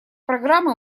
программы